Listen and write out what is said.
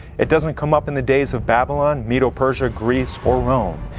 it doesn't come up in the days of babylon, medo-persia, greece or rome.